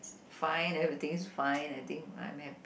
fine everything is fine I think I'm happy